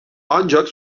ancak